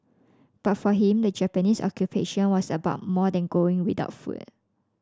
but for him the Japanese Occupation was about more than going without food